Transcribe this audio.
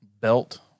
belt